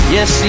Yes